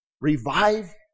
revive